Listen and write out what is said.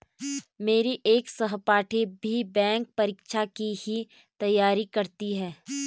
मेरी एक सहपाठी भी बैंक परीक्षा की ही तैयारी करती है